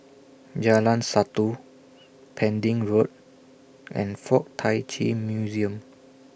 Jalan Satu Pending Road and Fuk Tak Chi Museum